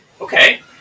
okay